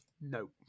No